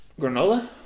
granola